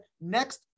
next